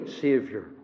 Savior